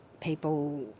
people